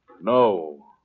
No